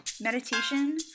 meditation